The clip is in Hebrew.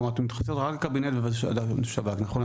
כלומר אתם התייחסתם רק לקבינט ולשב"כ, נכון?